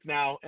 now